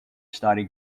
study